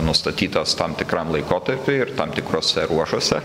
nustatytas tam tikram laikotarpiui ir tam tikruose ruožuose